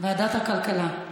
ועדת הכלכלה.